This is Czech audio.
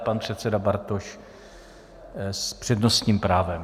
Pan předseda Bartoš s přednostním právem.